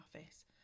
office